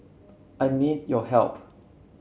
I need your help